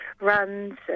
runs